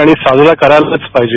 आणि साजरा करायलाच पाहिजे